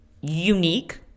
unique